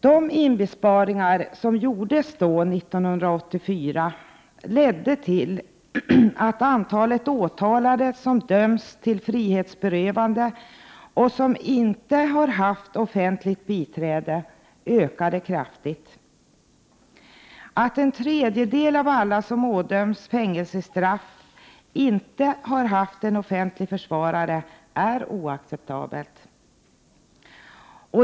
De besparingar som gjordes 1984 har lett till att antalet åtalade som döms till frihetsberövande och som inte haft offentligt biträde ökat kraftigt. Att en tredjedel av alla som ådöms fängelsestraff inte har haft en offentlig försvarare är oacceptabelt.